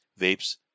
vapes